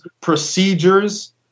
procedures